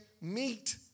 meet